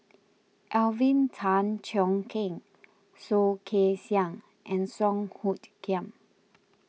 Alvin Tan Cheong Kheng Soh Kay Siang and Song Hoot Kiam